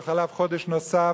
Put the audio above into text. וחלף חודש נוסף,